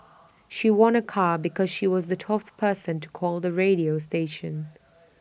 she won A car because she was the twelfth person to call the radio station